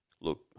Look